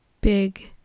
big